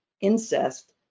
incest